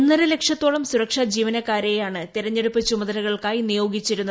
ഒന്നര ലക്ഷത്തോളം സുരക്ഷാ ജീവനക്കാരെയാണ് ത്രെഞ്ഞെടുപ്പ് ചുമതലകൾക്കായി നിയോഗിച്ചിരുന്നത്